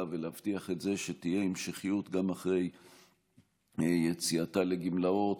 ולהבטיח שתהיה המשכיות גם אחרי יציאתה לגמלאות,